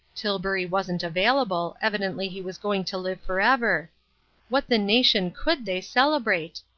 tilbury wasn't available, evidently he was going to live forever what the nation could they celebrate?